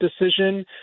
decision